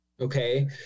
Okay